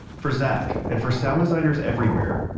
for zach and for sound designers everywhere,